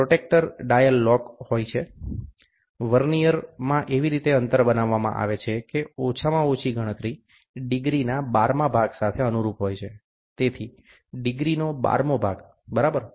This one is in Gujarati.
પ્રોટ્રેક્ટર ડાયલ લોક હોઇ છે વર્નીઅરમાં એવી રીતે અંતર બનાવવામાં આવે છે કે ઓછામાં ઓછી ગણતરી ડિગ્રીના 12મા ભાગ સાથે અનુરૂપ હોય છે તેથી ડિગ્રીનો 12મો ભાગ બરાબર